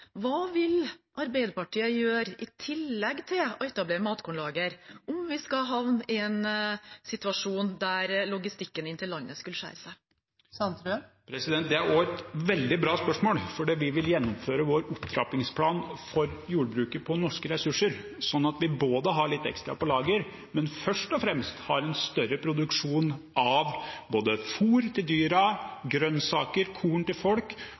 Hva vil Arbeiderpartiet gjøre i tillegg til å etablere matkornlager om vi skulle havne i en situasjon der logistikken inn til landet skulle skjære seg? Det er også et veldig bra spørsmål. Vi vil gjennomføre vår opptrappingsplan for jordbruket på norske ressurser, sånn at vi har litt ekstra på lager, men først og fremst har en større produksjon av fôr til dyra, grønnsaker, korn til folk